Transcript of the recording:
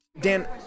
Dan